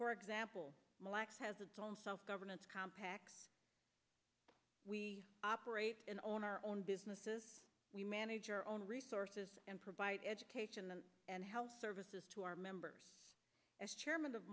for example lacks has its own self governance compact we operate in on our own businesses we manage our own resources and provide education and health services to our members as chairman